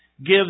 gives